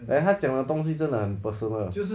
then 他讲的东西真的很 personal 的